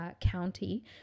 county